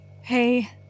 Hey